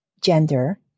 gender